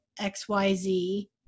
XYZ